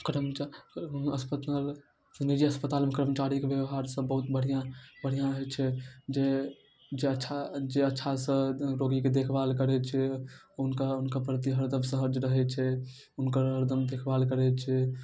अस्प निजी अस्पतालमे कर्मचारीके बेवहारसब बहुत बढ़िआँ बढ़िआँ होइ छै जे जे अच्छा जे अच्छासँ रोगीके देखभाल करै छै हुनका हुनका प्रति हरदम सहज रहै छै हुनकर हरदम देखभाल करै छै